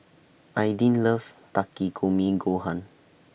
Aydin loves Takikomi Gohan